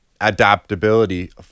adaptability